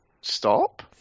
stop